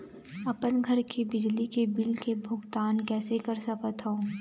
अपन घर के बिजली के बिल के भुगतान कैसे कर सकत हव?